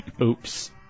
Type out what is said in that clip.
Oops